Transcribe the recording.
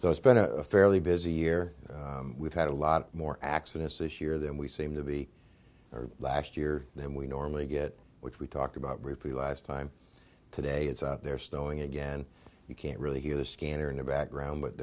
so it's been a fairly busy year we've had a lot more accidents this year than we seem to be last year than we normally get which we talked about briefly last time today it's out there stowing again you can't really hear the scanner in the background but